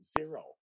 zero